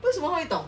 为什么他会懂